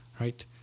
right